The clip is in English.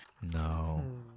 No